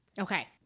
okay